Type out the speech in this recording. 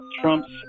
Trump's